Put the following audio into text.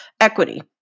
equity